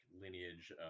lineage